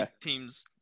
teams